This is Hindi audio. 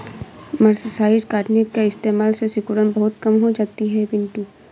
मर्सराइज्ड कॉटन के इस्तेमाल से सिकुड़न बहुत कम हो जाती है पिंटू